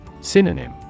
Synonym